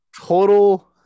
total